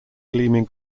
gleaming